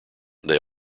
they